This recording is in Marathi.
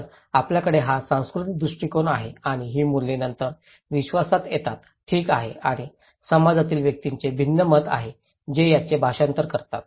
तर आपल्याकडे हा सांस्कृतिक दृष्टीकोन आहे आणि ही मूल्ये नंतर विश्वासात येतात ठीक आहे आणि समाजातील व्यक्तींचे भिन्न मत आहे जे याचे भाषांतर करतात